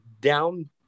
down